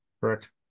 Correct